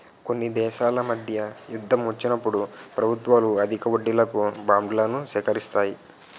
కొన్ని దేశాల మధ్య యుద్ధం వచ్చినప్పుడు ప్రభుత్వాలు అధిక వడ్డీలకు బాండ్లను సేకరిస్తాయి